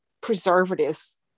preservatives